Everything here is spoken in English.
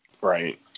Right